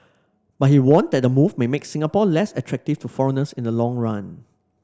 but he warned that the move may make Singapore less attractive to foreigners in the long run